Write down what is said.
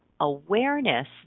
awareness